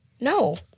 No